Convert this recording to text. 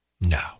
No